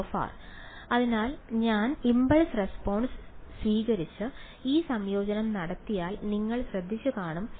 ϕ അതിനാൽ ഞാൻ impulse response സ്വീകരിച്ച് ഈ സംയോജനം നടത്തിയതായി നിങ്ങൾ ശ്രദ്ധിച്ചുകാണും